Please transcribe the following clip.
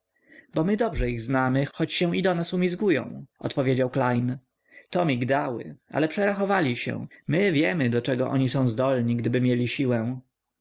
bo my dobrze ich znamy choć się i do nas umizgają odpowiedział klejn to migdały ale przerachowali się my wiemy do czego oni są zdolni gdyby mieli siłę